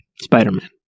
Spider-Man